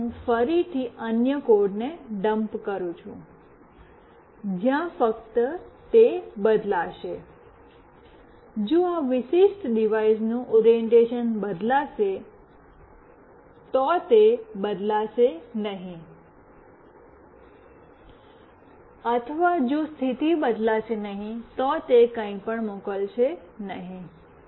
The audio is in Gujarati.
હવે હું ફરીથી અન્ય કોડને ડમ્પ કરું છું જ્યાં ફક્ત તે બદલાશે જો આ વિશિષ્ટ ડિવાઇસનું ઓરિએંટેશન બદલાશે તો તે બદલાશે નહીં અથવા જો સ્થિતિ બદલાશે નહીં તો તે કંઈપણ મોકલશે નહીં